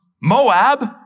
Moab